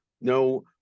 no